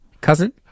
Cousin